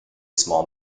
small